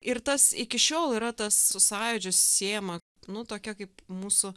ir tas iki šiol yra tas su sąjūdžiu siejama nu tokia kaip mūsų